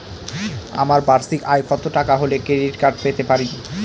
আমার বার্ষিক আয় কত টাকা হলে ক্রেডিট কার্ড পেতে পারি?